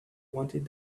wanted